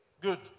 good